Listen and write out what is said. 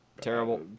Terrible